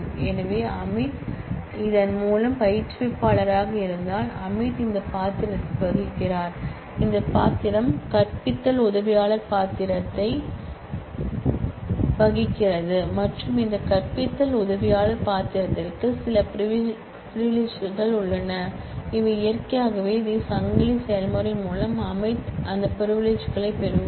எனவே அமித் இதன் மூலம் பயிற்றுவிப்பாளராக இருந்தால் அமித் இந்த பாத்திரத்தை வகிக்கிறார் இந்த பாத்திரம் கற்பித்தல் உதவியாளர் பாத்திரத்தை வகிக்கிறது மற்றும் இந்த கற்பித்தல் உதவியாளர் பாத்திரத்திற்கு சில பிரிவிலிஜ்கள் உள்ளன எனவே இயற்கையாகவே இந்த சங்கிலி செயல்முறை மூலம் அமித் அந்த பிரிவிலிஜ்களைப் பெறுவார்